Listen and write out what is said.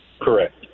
Correct